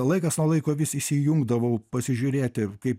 laikas nuo laiko vis įsijungdavau pasižiūrėti kaip